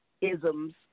isms